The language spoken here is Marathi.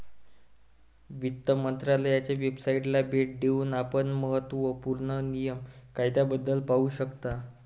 वित्त मंत्रालयाच्या वेबसाइटला भेट देऊन आपण महत्त्व पूर्ण नियम कायद्याबद्दल पाहू शकता